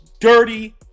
dirty